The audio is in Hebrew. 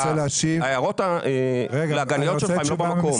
ההערות הלעגניות שלך הן לא במקום.